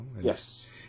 Yes